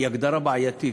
היא הגדרה בעייתית.